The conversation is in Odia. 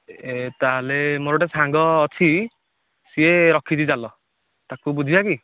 ଏ ତା'ହେଲେ ମୋର ଗୋଟେ ସାଙ୍ଗ ଅଛି ସେ ରଖିଛି ଜାଲ ତାକୁ ବୁଝିବା କି